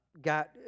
got